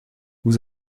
vous